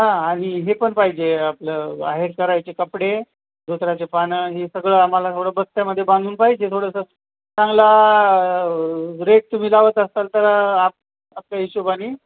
हां आणि हे पण पाहिजे आपलं आहेर करायचे कपडे धोतराचे पानं हे सगळं आम्हाला थोडं बस्त्यामध्ये बांधून पाहिजे थोडंसं चांगला रेट तुम्ही लावत असाल तर आप आपल्या हिशोबानी